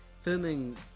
filming